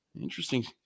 interesting